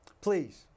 Please